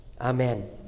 Amen